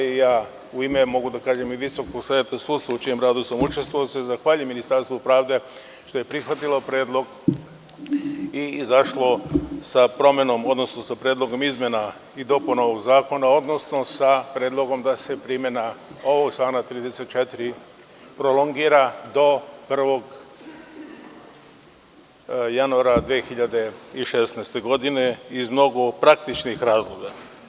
Mogu da kažem, i u ime Visokog saveta sudstva, u čijem radu sam učestvovao, se zahvaljujem Ministarstvu pravde što je prihvatilo predlog i izašlo sa promenom, odnosno sa predlogom izmena i dopuna ovog zakona, odnosno da se primena ovog člana 34. prolongira do 1. januara 2016. godine, iz mnogo praktičnih razloga.